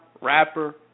rapper